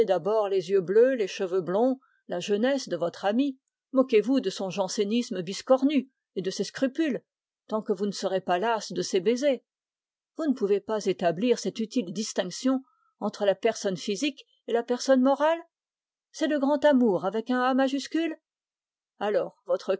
d'abord les yeux bleus les cheveux blonds la jeunesse de votre ami moquez-vous de son jansénisme biscornu et de ses scrupules tant que vous ne serez pas lasse de ses baisers vous ne pouvez pas établir cette utile distinction entre la personne physique et la personne morale alors votre